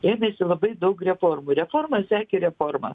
ėmėsi labai daug reformų reforma sekė reformą